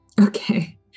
Okay